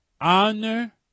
honor